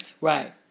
Right